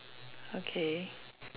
okay